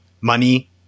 Money